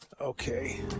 Okay